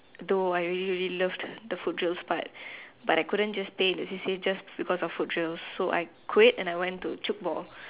though I really really loved the foot drills part but I couldn't just stay just because of foot drills so I quite and changes to tchoukball